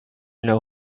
know